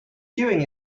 queuing